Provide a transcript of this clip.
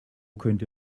könnte